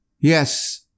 Yes